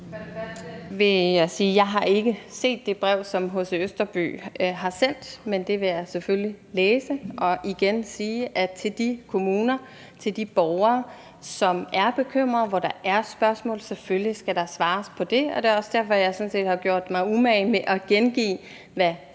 jeg ikke har set det brev, som H.C. Østerby har sendt, men det vil jeg selvfølgelig læse. Og jeg vil igen sige til de kommuner, til de borgere, som er bekymrede, og hvor der er spørgsmål: Selvfølgelig skal der svares på det. Det er også derfor, at jeg sådan set har gjort mig umage med at gengive, hvad